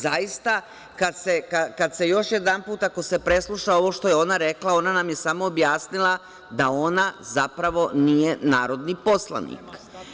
Zaista, kad se još jedanput presluša ovo što je ona rekla, ona nam je samo objasnila da ona zapravo nije narodni poslanik.